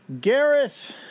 Gareth